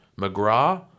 McGrath